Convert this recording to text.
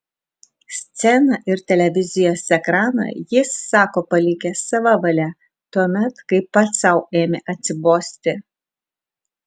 sceną ir televizijos ekraną jis sako palikęs sava valia tuomet kai pats sau ėmė atsibosti